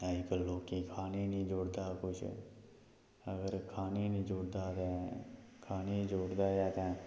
अज्ज कल लोकें गी खाने नेईं जुड़दा किश अगर खाने ई निं जुड़दा ते खाने ई जुड़दा ऐ ते